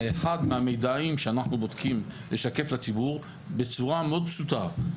אחד מהמידעים שאנחנו בודקים לשקף לציבור בצורה מאוד פשוטה,